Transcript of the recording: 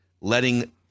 letting